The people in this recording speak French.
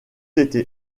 était